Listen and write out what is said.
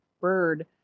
bird